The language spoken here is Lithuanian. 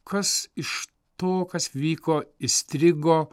kas iš to kas vyko įstrigo